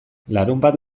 larunbat